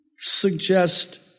suggest